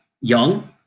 young